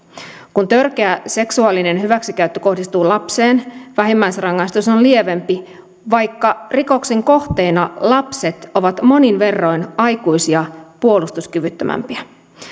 kun törkeä seksuaalinen hyväksikäyttö kohdistuu lapseen vähimmäisrangaistus on lievempi vaikka rikoksen kohteena lapset ovat monin verroin aikuisia puolustuskyvyttömämpiä